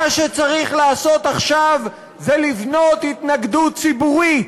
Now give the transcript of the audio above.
מה שצריך לעשות עכשיו זה לבנות התנגדות ציבורית,